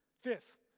Fifth